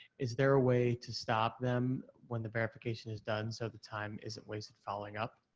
is there a way to stop them when the verification is done so the time isn't wasted following up.